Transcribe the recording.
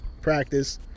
practice